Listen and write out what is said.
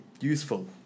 useful